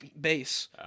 base